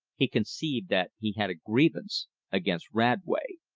he conceived that he had a grievance against radway!